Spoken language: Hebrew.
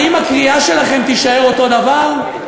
האם הקריאה שלכם תישאר אותו דבר?